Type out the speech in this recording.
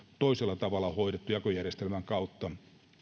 toisella tavalla hoidettu jakojärjestelmän kautta